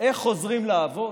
איך חוזרים לעבוד?